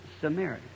Samaria